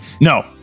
no